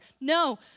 No